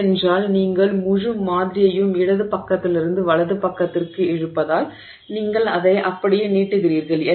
ஏனென்றால் நீங்கள் முழு மாதிரியையும் இடது பக்கத்திலிருந்து வலது பக்கத்திற்கு இழுப்பதால் நீங்கள் அதை அப்படியே நீட்டுகிறீர்கள்